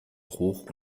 hoch